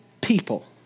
people